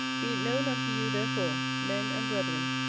be it known unto you therefore, men and brethren,